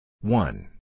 One